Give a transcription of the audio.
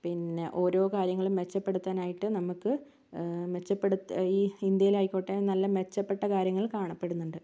പിന്നെ ഓരോ കാര്യങ്ങളും മെച്ചപ്പെടുത്താനായിട്ട് നമുക്ക് മെച്ചപ്പെടുത്താന് ഈ ഇന്ത്യയില് ആയിക്കോട്ടെ നല്ല മെച്ചപ്പെട്ട കാര്യങ്ങൾ കാണപ്പെടുന്നുണ്ട്